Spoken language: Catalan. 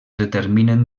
determinen